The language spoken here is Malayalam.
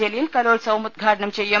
ജലീൽ കലോത്സവം ഉദ്ഘാടനം ചെയ്യും